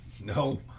No